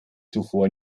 zuvor